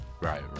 right